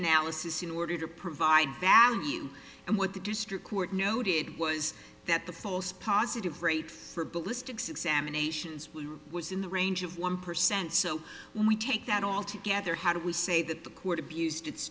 analysis in order to provide value and what the district court noted was that the false positive rate for ballistics examinations was in the range of one percent so when we take that all together how do we say that the court abused it